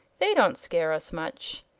they don't scare us much.